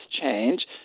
change